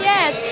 Yes